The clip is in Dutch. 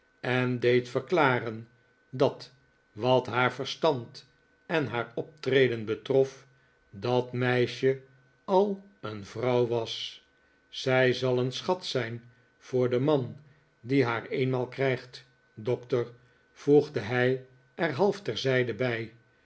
en deed verklaren dat wat haar verstand en haar optreden betrof dat meisje al een vrouw was zij zal een schat zijn voor den man die haar eenmaal krijgt dokter voegde hij er half terzijde